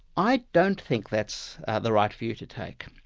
i don't think that's the right view to take.